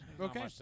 Okay